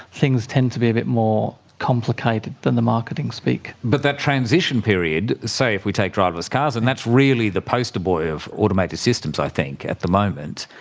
things tend to be a bit more complicated than the marketing speak. but that transition period, say if we take driverless cars, and that's really the poster boy of automated systems i think at the moment,